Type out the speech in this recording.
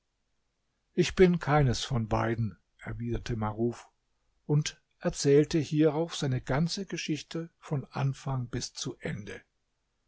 ich bin keines von beiden erwiderte maruf und erzählte hierauf seine ganze geschichte von anfang bis zu ende